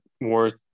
worth